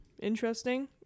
interesting